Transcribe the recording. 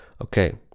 Okay